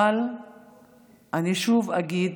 אבל אני שוב אגיד: